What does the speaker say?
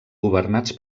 governats